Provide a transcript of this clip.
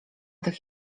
tych